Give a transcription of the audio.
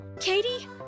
Katie